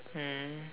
mm